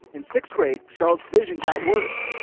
in sixth grade, charlotte's vision got worse,